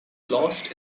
lost